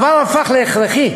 הדבר הפך להכרחי